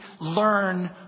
learn